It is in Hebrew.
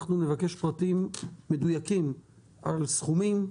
אנחנו נבקש פרטים מדויקים על סכומים,